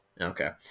okay